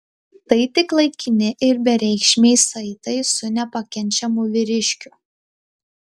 tai tik laikini ir bereikšmiai saitai su nepakenčiamu vyriškiu